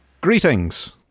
Greetings